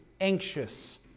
anxious